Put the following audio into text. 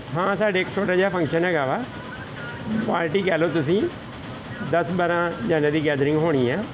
ਹਾਂ ਸਾਡੇ ਇੱਕ ਛੋਟਾ ਜਿਹਾ ਫੰਕਸ਼ਨ ਹੈਗਾ ਵਾ ਪਾਰਟੀ ਕਹਿ ਲਓ ਤੁਸੀਂ ਦਸ ਬਾਰਾਂ ਜਾਣਿਆ ਦੀ ਗੈਦਰਿੰਗ ਹੋਣੀ ਹੈ